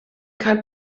kein